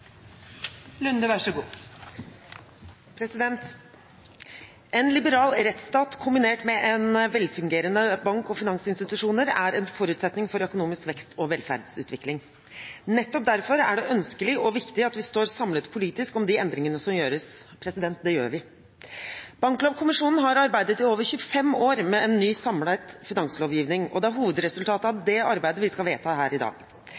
det ønskelig og viktig at vi står samlet politisk om de endringene som gjøres. Det gjør vi. Banklovkommisjonen har arbeidet i over 25 år med en ny, samlet finanslovgivning, og det er hovedresultatet av det arbeidet vi skal vedta her i dag.